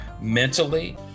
mentally